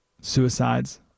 Suicides